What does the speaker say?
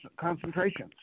concentrations